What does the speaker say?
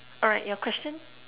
alright your question